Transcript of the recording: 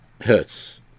hertz